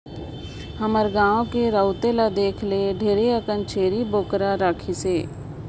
हमर गाँव के राउत ल देख ढेरे अकन छेरी बोकरा राखिसे